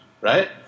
right